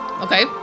Okay